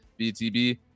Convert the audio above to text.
btb